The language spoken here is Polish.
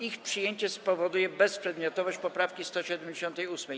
Ich przyjęcie spowoduje bezprzedmiotowość poprawki 178.